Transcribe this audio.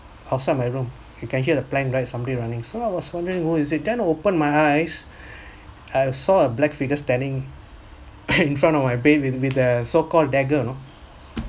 outside my room you can hear the plank right somebody running so I was wondering who is it then open my eyes I saw a black figure standing in front of my bed with with a so called dagger you know